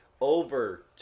over